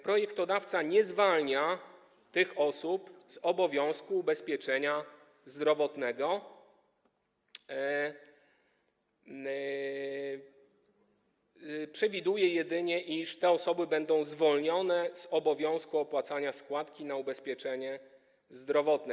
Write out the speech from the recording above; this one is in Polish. Projektodawca nie zwalnia tych osób z obowiązku ubezpieczenia zdrowotnego, przewiduje jedynie, iż te osoby będą zwolnione z obowiązku opłacania składki na ubezpieczenie zdrowotne.